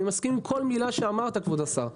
אני מסכים עם כל מילה שאמרת, כבוד השר.